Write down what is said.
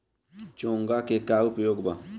चोंगा के का उपयोग बा?